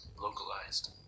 localized